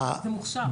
--- למוכשר.